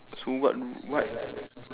so what what